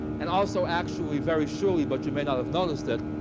and also actually, very surely, but you may not have noticed it,